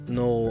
no